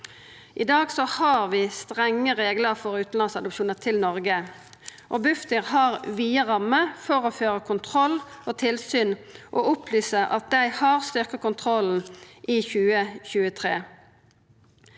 I dag har vi strenge reglar for utanlandsadopsjonar til Noreg. Bufdir har vide rammer for å føra kontroll og tilsyn og opplyser at dei har styrkt kontrollen i 2023.